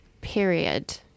period